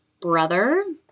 brother